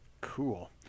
Cool